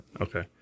Okay